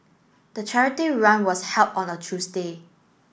the charity run was held on a Tuesday